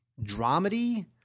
dramedy